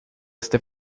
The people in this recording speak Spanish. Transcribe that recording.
este